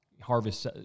harvest